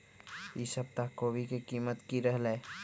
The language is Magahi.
ई सप्ताह कोवी के कीमत की रहलै?